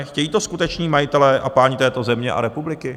Chtějí to skuteční majitelé a páni této země a republiky?